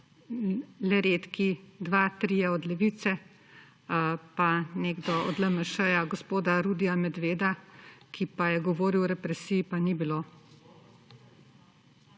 le redki, dva, trije od Levice pa nekdo od LMŠ. Gospoda Rudija Medveda, ki je govoril o represiji, pa ni bilo.